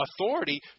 authority